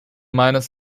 meines